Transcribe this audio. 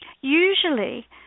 usually